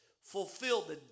fulfilled